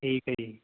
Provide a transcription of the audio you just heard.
ਠੀਕ ਹੈ ਜੀ